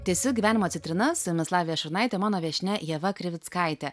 tęsiu gyvenimo citrinas su jumis lavija šurnaitė mano viešnia ieva krivickaitė